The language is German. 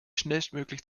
schnellstmöglich